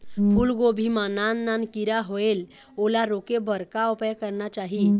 फूलगोभी मां नान नान किरा होयेल ओला रोके बर का उपाय करना चाही?